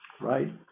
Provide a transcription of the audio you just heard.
Right